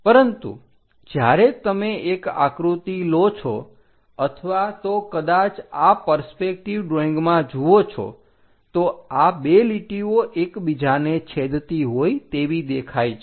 પરંતુ જ્યારે તમે એક આકૃતિ લો છો અથવા તો કદાચ આ પરસ્પેકટિવ ડ્રોઈંગમાં જુઓ છો તો આ બે લીટીઓ એકબીજાને છેદતી હોય તેવી દેખાય છે